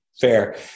fair